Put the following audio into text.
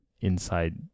inside